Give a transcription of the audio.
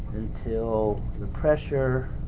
until the pressure